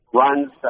runs